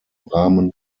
rahmen